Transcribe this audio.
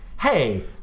hey